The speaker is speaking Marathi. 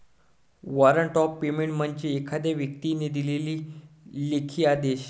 वॉरंट ऑफ पेमेंट म्हणजे एखाद्या व्यक्तीने दिलेला लेखी आदेश